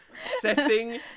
Setting